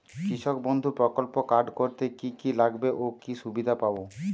কৃষক বন্ধু প্রকল্প কার্ড করতে কি কি লাগবে ও কি সুবিধা পাব?